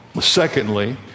secondly